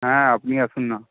হ্যাঁ আপনি আসুন না